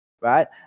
right